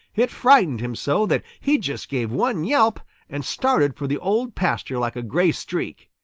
it frightened him so that he just gave one yelp and started for the old pasture like a gray streak.